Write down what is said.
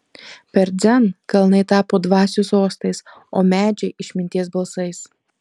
per dzen kalnai tapo dvasių sostais o medžiai išminties balsais